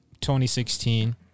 2016